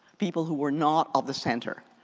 people who were not of the center.